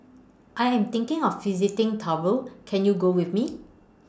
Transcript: I Am thinking of visiting Tuvalu Can YOU Go with Me